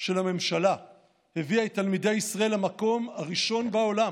של הממשלה הביאה את תלמידי ישראל למקום הראשון בעולם,